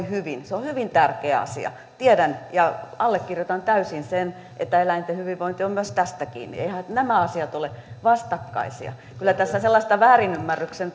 hyvin se on hyvin tärkeä asia ja tiedän ja allekirjoitan täysin sen että eläinten hyvinvointi on myös tästä kiinni eiväthän nämä asiat ole vastakkaisia kyllä tässä sellaista väärinymmärryksen